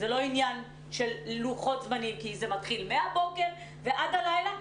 זה לא עניין של לוחות זמנים כי זה מתחיל מהבוקר ועד הלילה,